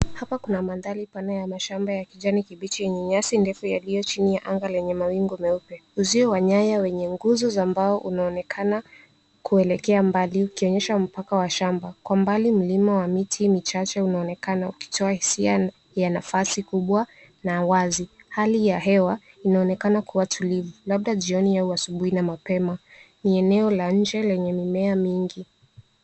Hapa kuna mandhari panayo mashamba ya kijani kibichi yenye nyasi ndefu yaliyo chini ya anga lenye mawingu meupe. Uzio wa nyaya wenye nguzo za mbao unaonekana kuelekea mbali ukionyesha mpaka wa shamba. Kwa mbali mlima wa miti michache unaonekana ukitoa hisia ya nafasi kubwa na wazi. Hali ya hewa inaonekana kuwa tulivu labda jioni au asubuhi na mapema. Ni eneo la nje lenye mimea mingi.